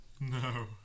No